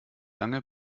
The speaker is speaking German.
lange